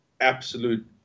absolute